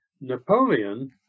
Napoleon